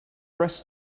dress